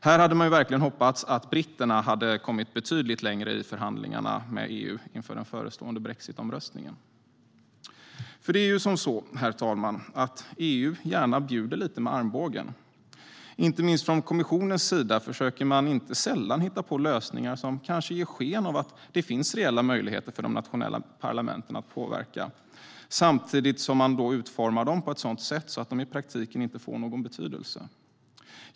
Här hade man verkligen hoppats att britterna hade kommit betydligt längre i förhandlingarna med EU inför den förestående Brexit-omröstningen. Det är ju så, herr talman, att EU gärna bjuder lite med armbågen. Inte minst från kommissionens sida försöker man inte sällan hitta på lösningar som kanske ger sken av att det finns reella möjligheter för de nationella parlamenten att påverka, samtidigt som man utformar dem på ett sådant sätt att de i praktiken inte får någon betydelse.